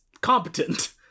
competent